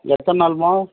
எத்தனை நாள்மா